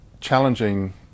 challenging